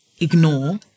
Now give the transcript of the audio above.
ignore